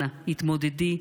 אנא, התמודדי,